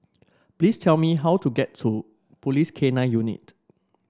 please tell me how to get to Police K Nine Unit